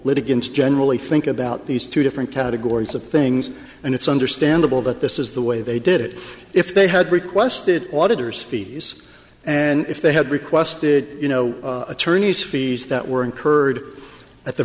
litigants generally think about these two different categories of things and it's understandable that this is the way they did it if they had requested auditors fees and if they had requested you know attorneys fees that were incurred at the